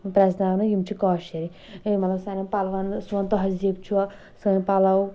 پرزٕناونہٕ یِم چھِ کٲشِر یِم مطلب سانٮ۪ن پَلون سون تہزیٖب چھُ سٲنۍ پَلو